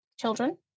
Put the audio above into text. children